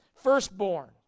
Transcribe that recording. firstborn